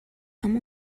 amb